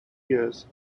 years